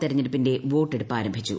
തെരഞ്ഞെടുപ്പിന്റെ വോട്ടെടുപ്പ് ആരംഭിച്ചു